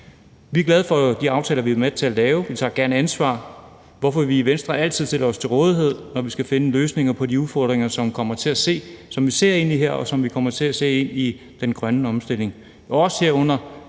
Vi er glade for de aftaler, vi har været med til at lave, og vi tager gerne et ansvar, hvorfor vi i Venstre altid stiller os til rådighed, når vi skal finde løsninger på de udfordringer, som vi ser ind i her, og som vi kommer